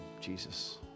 Jesus